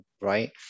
right